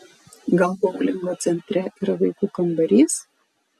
gal boulingo centre yra vaikų kambarys